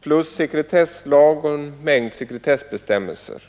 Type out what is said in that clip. plus sekretesslag och en mängd sekretessbestämmelser.